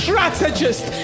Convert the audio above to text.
strategist